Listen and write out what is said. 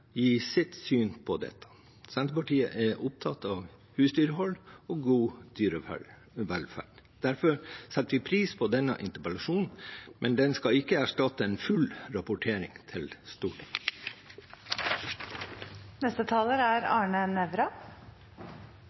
sitt syn på det. Senterpartiet er opptatt av husdyrhold og god dyrevelferd. Derfor setter vi pris på denne interpellasjonen, men den skal ikke erstatte en full rapportering til Stortinget. Dette er